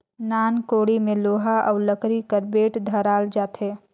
नान कोड़ी मे लोहा अउ लकरी कर बेठ धराल जाथे